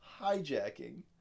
hijacking